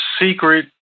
secret